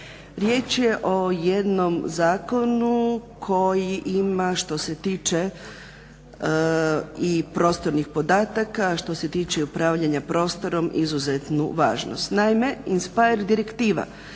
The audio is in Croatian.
Riječ je o jednom zakonu koji ima što se tiče i prostornih podataka što se tiče upravljanja prostor izuzetnu važnost. Naime INSPIRE Direktiva